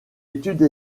étude